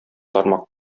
тармак